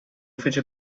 fece